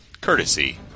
courtesy